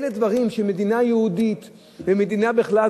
אלה דברים שמדינה יהודית ומדינה בכלל,